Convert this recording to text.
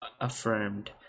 affirmed